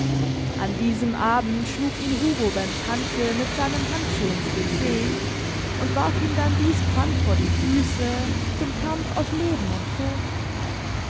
an diesem abend schlug ihn hugo beim tanze mit seinem handschuh ins gesicht und warf ihm dann dies pfand vor die füße zum kampf auf leben und tod